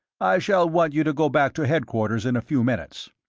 i shall want you to go back to headquarters in a few minutes.